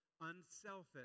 unselfish